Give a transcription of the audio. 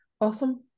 Awesome